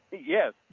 Yes